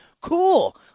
Cool